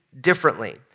differently